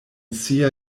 sia